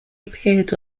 appeared